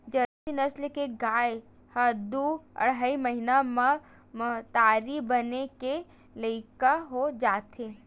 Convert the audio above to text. Jersey नसल के गाय ह दू अड़हई महिना म महतारी बने के लइक हो जाथे